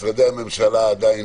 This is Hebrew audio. משרדי הממשלה עדיין